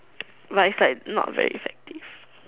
but is like not very effective